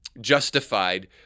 justified